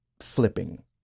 flipping